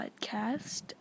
podcast